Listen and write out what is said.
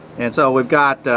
and so we've got